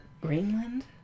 Greenland